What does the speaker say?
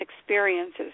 experiences